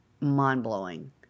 mind-blowing